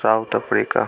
South Africa